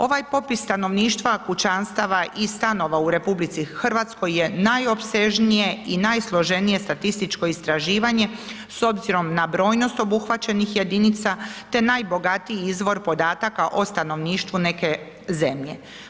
Ovaj popis stanovništva kućanstava i stanova u RH je najopsežnije i najsloženije statističko istraživanje s obzirom na brojnost obuhvaćenih jedinica te najbogatiji izvor podataka o stanovništvu neke zemlje.